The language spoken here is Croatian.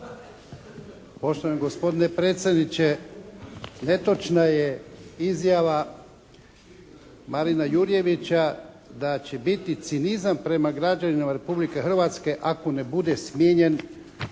Poštovani gospodine predsjedniče. Netočna je izjava Marina Jurjevića da će biti cinizam prema građanima Republike Hrvatske ako ne bude smijenjen